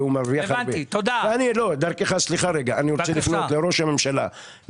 אני רוצה לפנות דרכך לראש הממשלה,